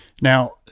Now